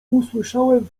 usłyszałem